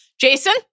Jason